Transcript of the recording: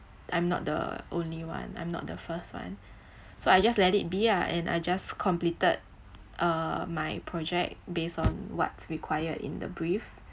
I'm not the only one I'm not the first one so I just let it be lah and I just completed uh my project based on what's required in the brief